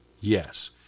Yes